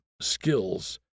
skills